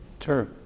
Sure